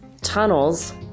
tunnels